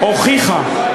הוכיחה,